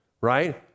right